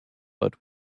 but